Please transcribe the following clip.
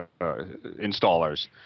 installers